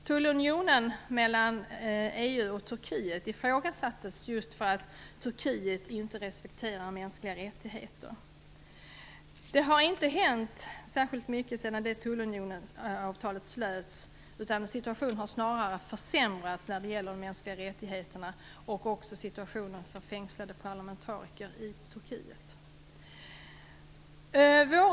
Tullunionen mellan EU och Turkiet ifrågasattes just för att Turkiet inte respekterar mänskliga rättigheter. Det har inte hänt särskilt mycket sedan tullunionsavtalet slöts, utan situationen har snarare försämrats när det gäller de mänskliga rättigheterna och situationen för fängslade parlamentariker i Turkiet.